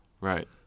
right